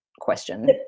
question